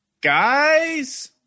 guys